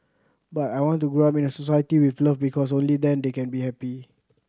but I want to grow up in a society with love because only then they can be happy